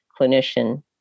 clinician